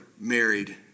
married